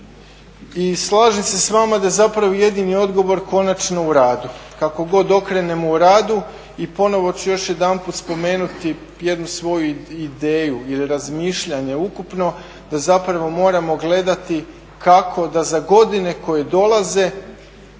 I slažem se s vama da je zapravo jedini odgovor konačno u radu. Kako god okrenemo u radu i ponovno ću još jedanput spomenuti jednu svoju ideju ili razmišljanje ukupno da zapravo moramo gledati kako da za godine koje dolaze